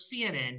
CNN